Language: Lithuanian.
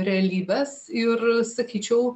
realybės ir sakyčiau